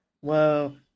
Whoa